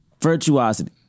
Virtuosity